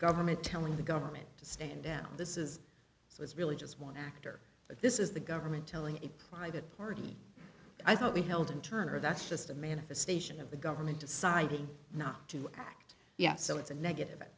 government telling the government to stand down this is so it's really just one actor but this is the govern when telling a private party i thought we held him turner that's just a manifestation of the government deciding not to act yet so it's a negative